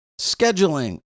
scheduling